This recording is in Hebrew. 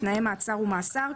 תנאי מעצר ומאסר,